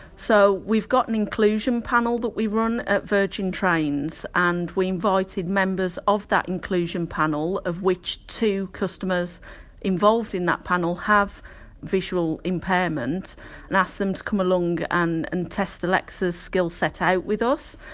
so we've got an inclusion panel that we run at virgin trains and we invited, members of that inclusion panel of which two customers involved in that panel have visual impairment and asked them to come along and and test alexa's skill-set out with us.